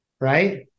right